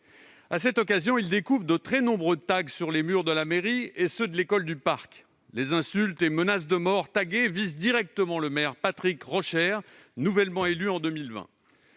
À cette occasion, ils découvrent de très nombreux tags sur les murs de la mairie et ceux de l'école du Parc. Les insultes et menaces de mort taguées visent directement le maire, Patrick Rauscher, nouvellement élu en 2020.